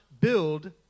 build